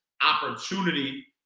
opportunity